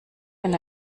wenn